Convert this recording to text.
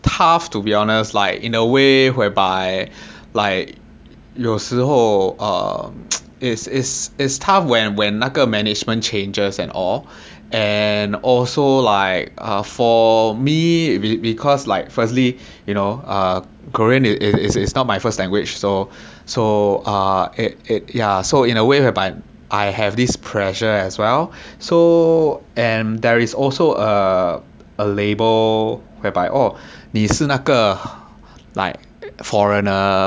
tough to be honest like in a way whereby like 有时候 um is is is tough when when 那个 management changes and all and also like uh for me be~ because like firstly you know uh korean it is it's not my first language so so uh it it ya so in a way whereby I have this pressure as well so and there is also a a label whereby oh 你是那个 like foreigner